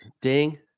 ding